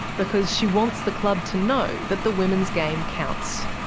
because she wants the club to know that the women's game counts.